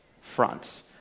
front